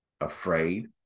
afraid